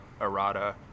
errata